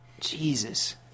Jesus